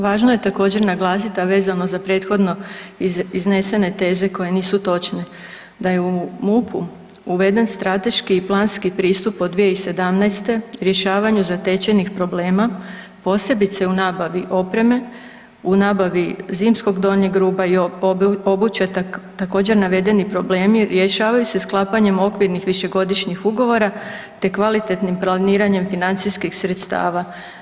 Važno je također naglasit, a vezano za prethodno iznesene teze koje nisu točne da je u MUP-u uveden strateški i planski pristup od 2017. rješavanju zatečenih problema, posebice u nabavi opremi, u nabavi zimskog donjeg rublja i obuće, također navedeni problemi rješavaju se sklapanjem okvirnih višegodišnjih ugovora, te kvalitetnim planiranjem financijskih sredstava.